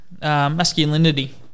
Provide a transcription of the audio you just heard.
Masculinity